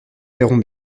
verrons